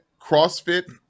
CrossFit-